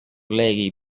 legi